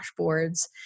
dashboards